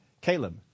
Caleb